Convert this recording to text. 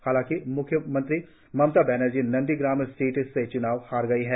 हालांकि मुख्यमंत्री Mamata Banerjee Nandigram seat से च्नाव हार गई है